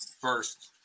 First